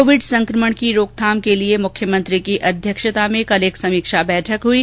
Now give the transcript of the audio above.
Covid संकमण की रोकथाम के लिये मुख्यमंत्री की अध्यक्षता में कल एक समीक्षा बैठक हुई